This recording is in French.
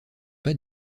pas